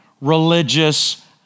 religious